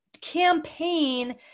campaign